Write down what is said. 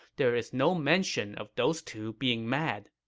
there is no mention of those two being mad.